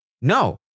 No